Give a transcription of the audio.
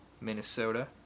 Minnesota